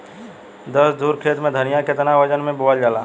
दस धुर खेत में धनिया के केतना वजन मे बोवल जाला?